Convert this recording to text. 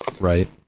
Right